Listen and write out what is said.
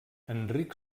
enric